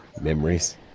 Memories